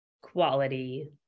quality